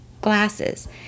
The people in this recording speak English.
glasses